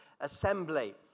assembly